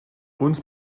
uns